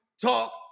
talk